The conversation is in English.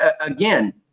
again